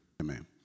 Amen